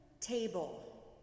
table